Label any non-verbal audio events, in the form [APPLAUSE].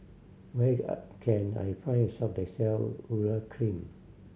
where [UNINTELLIGIBLE] can I find a shop that sell Urea Cream